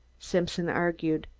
simpson argued.